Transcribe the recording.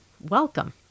Welcome